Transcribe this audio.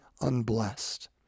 unblessed